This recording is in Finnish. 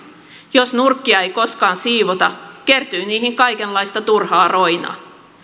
jos nurkkia ei koskaan siivota kertyy niihin kaikenlaista turhaa roinaa